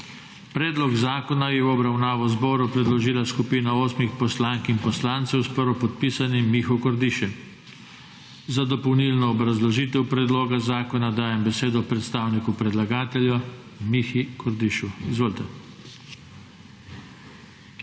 Predloga zakona je v obravnavo zboru predložila skupine osmih poslank in poslancev s prvopodpisanim Miho Kordišem. Za dopolnilno obrazložitev predloga zakona dajem besedo predstavniku predlagatelja Mihi Kordišu. Izvolite.